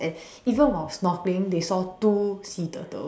even while snorkeling they saw two sea turtles